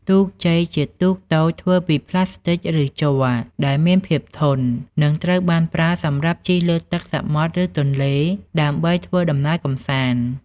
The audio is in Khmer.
ទូកចេកជាទូកតូចធ្វើពីផ្លាស្ទិចឬជ័រដែលមានភាពធន់ និងត្រូវបានប្រើសម្រាប់ជិះលើទឹកសមុទ្រ ឬទន្លេ ដើម្បីធ្វើដំណើរឬកម្សាន្ត។